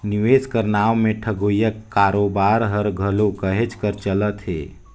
निवेस कर नांव में ठगोइया कारोबार हर घलो कहेच कर चलत हे